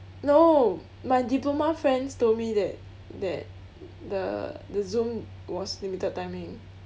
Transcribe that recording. no my diploma friends told me that that the the zoom was limited timing